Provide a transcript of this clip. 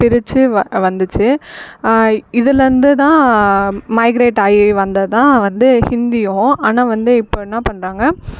பிரிச்சு வ வந்துச்சு இதுலேருந்து தான் மைகிரேட் ஆகி வந்தது தான் வந்து இந்தியும் ஆனால் வந்து இப்போ என்ன பண்ணுறாங்க